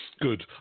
Good